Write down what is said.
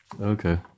Okay